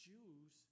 Jews